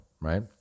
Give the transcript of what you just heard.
right